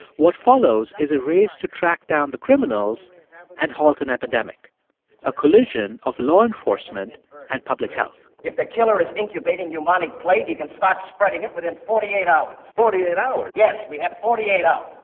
what follows is a race to track down the criminals and halt an epidemic a collision of law enforcement and public health if the killer is incubating pneumonic plague, he can start spreading it within forty eight hours forty-eight hours? yes. we have forty eight hours.